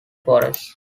forests